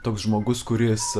toks žmogus kuris